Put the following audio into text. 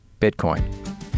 Bitcoin